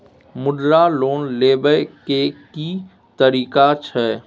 मुद्रा लोन लेबै के की तरीका छै?